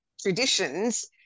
traditions